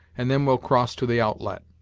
and then we'll cross to the outlet.